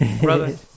Brother